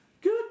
good